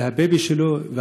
זה הבייבי שלו,